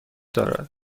دارد